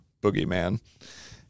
Boogeyman